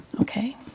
Okay